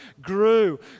grew